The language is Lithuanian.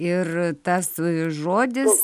ir tas žodis